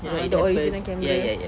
a'ah the original camera